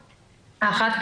האחת,